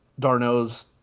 Darno's